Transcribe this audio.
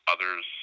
Others